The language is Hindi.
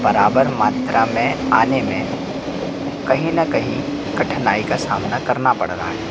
बराबर मात्रा में आने में कहीं न कहीं कठिनाई का सामना करना पड़ रहा है